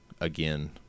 again